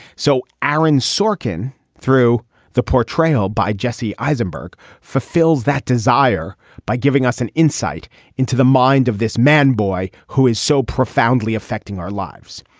so aaron sorkin through the portrayal by jesse eisenberg fulfills that desire by giving us an insight into the mind of this man boy who is so profoundly affecting our lives.